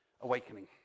awakening